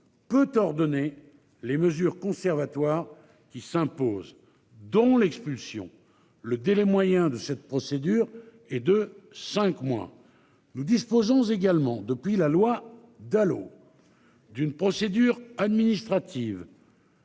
peut ordonner les mesures conservatoires qui s'impose, dont l'expulsion. Le délai moyen de cette procédure, et de 5 mois. Nous disposons également depuis la loi Dalo. D'une procédure administrative.